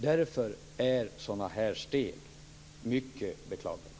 Därför är sådana här steg mycket beklagliga.